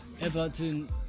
Everton